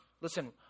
listen